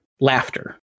Laughter